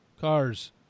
cars